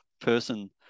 person